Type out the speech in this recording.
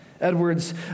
Edwards